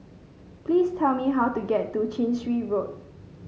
please tell me how to get to Chin Swee Road